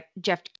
Jeff